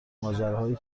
ماجراهایی